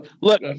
Look